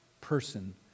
person